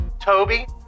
Toby